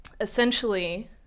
essentially